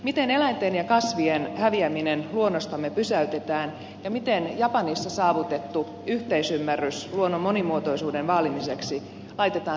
miten eläinten ja kasvien häviäminen luonnostamme pysäytetään ja miten japanissa saavutettu yhteisymmärrys luonnon monimuotoisuuden vaalimiseksi laitetaan suomessa käytäntöön